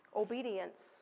Obedience